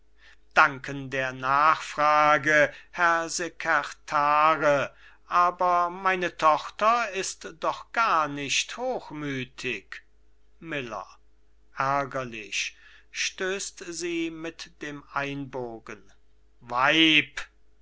danken der nachfrage herr sekertare aber meine tochter ist doch gar nicht hochmüthig miller ärgerlich stößt sie mit dem ellenbogen weib